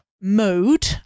mode